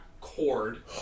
cord